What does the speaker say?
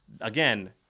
again